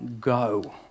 go